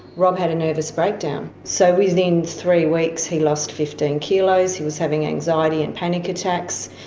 rob had a nervous breakdown. so within three weeks, he lost fifteen kilos, he was having anxiety and panic attacks,